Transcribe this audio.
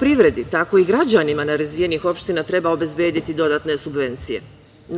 privredi, tako i građanima nerazvijenih opština treba obezbediti dodatne subvencije.